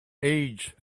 age